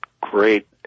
great